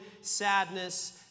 sadness